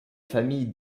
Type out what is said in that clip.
famille